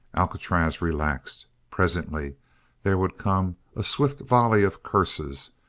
alcatraz relaxed. presently there would come a swift volley of curses,